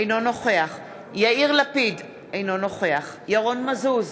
אינו נוכח יאיר לפיד, אינו נוכח ירון מזוז,